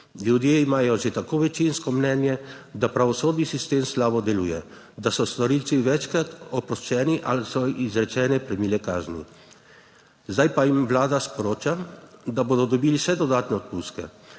Ljudje imajo že tako večinsko mnenje, da pravosodni sistem slabo deluje, da so storilci večkrat oproščeni ali so izrečene premile kazni. Zdaj pa jim vlada sporoča, 5. TRAK: (SC) – 17.20 (nadaljevanje)